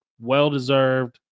Well-deserved